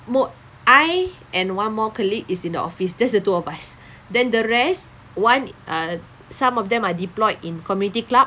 mo~ I and one more colleague is in the office just the two of us then the rest one err some of them are deployed in community club